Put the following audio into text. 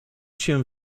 się